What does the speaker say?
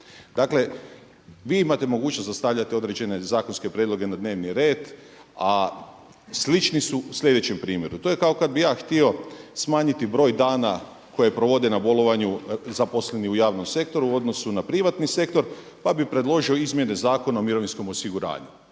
Dakle vi imate mogućnost da stavljate određene zakonske prijedloge na dnevni red a slični su u sljedećem primjeru, to je kao kada bih ja htio smanjiti broj dana koje provode na bolovanju zaposleni u javnom sektoru u odnosu na privatni sektor pa bih predložio Izmjene zakona o mirovinskom osiguranju.